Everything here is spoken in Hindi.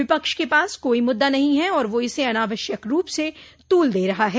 विपक्ष के पास कोई मुददा नहीं है और वह इसे अनावश्यक रूप से तूल दे रहा है